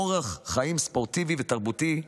אורח חיים ספורטיבי ותרבותי,